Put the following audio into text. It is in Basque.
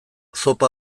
zopa